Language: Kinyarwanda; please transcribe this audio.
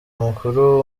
mukuru